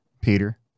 Peter